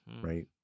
right